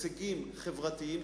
הישגים חברתיים,